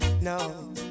no